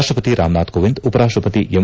ರಾಷ್ಟಪತಿ ರಾಮನಾಥ್ ಕೋವಿಂದ್ ಉಪರಾಷ್ಟಪತಿ ಎಂ